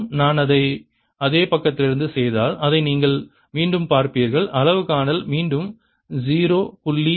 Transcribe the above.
நான் அதை அதே பக்கத்திலிருந்து செய்தால் அதை நீங்கள் மீண்டும் பார்ப்பீர்கள் அளவு காணல் மீண்டும் 0